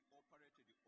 operated